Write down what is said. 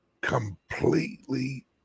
completely